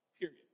period